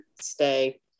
stay